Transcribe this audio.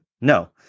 No